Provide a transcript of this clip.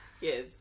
Yes